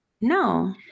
No